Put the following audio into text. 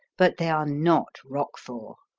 but they are not roquefort.